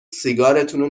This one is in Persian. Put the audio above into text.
سیگارتونو